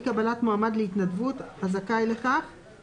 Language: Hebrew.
קבלת מועמד להתנדבות הזכאי לכך כאמור